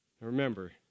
Remember